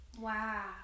Wow